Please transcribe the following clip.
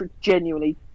genuinely